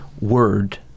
word